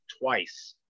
twice